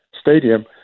Stadium